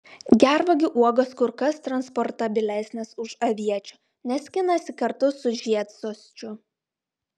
gervuogių uogos kur kas transportabilesnės už aviečių nes skinasi kartu su žiedsosčiu